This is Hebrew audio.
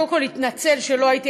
קודם כול להתנצל שלא הייתי,